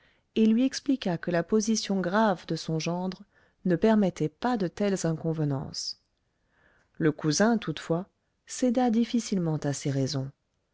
et lui expliqua que la position grave de son gendre ne permettait pas de telles inconvenances le cousin toutefois céda difficilement à ces raisons